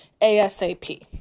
ASAP